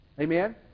Amen